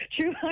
true